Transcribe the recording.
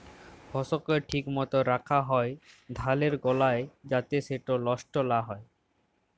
ফসলকে ঠিক মত রাখ্যা হ্যয় ধালের গলায় যাতে সেট লষ্ট লা হ্যয়